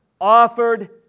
offered